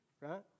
right